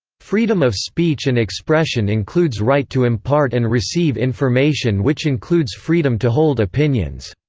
freedom of speech and expression includes right to impart and receive information which includes freedom to hold opinions.